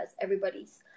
everybody's